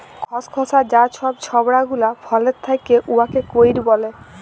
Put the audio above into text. খসখসা যা ছব ছবড়া গুলা ফলের থ্যাকে উয়াকে কইর ব্যলে